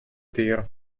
tiro